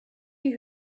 die